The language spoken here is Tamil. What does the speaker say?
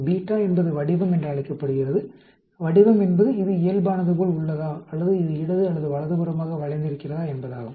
பீட்டா என்பது வடிவம் என்று அழைக்கப்படுகிறது வடிவம் என்பது இது இயல்பானது போல் உள்ளதா அல்லது இது இடது அல்லது வலதுபுறமாக வளைந்திருக்கிறதா என்பதாகும்